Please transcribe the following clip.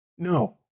No